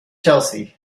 chelsea